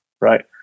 right